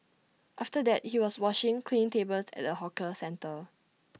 after that he was washing cleaning tables at A hawker centre